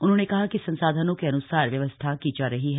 उन्होंने कहा कि संसाधनों के अन्सार व्यवस्था की जा रही है